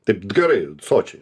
taip gerai sočiai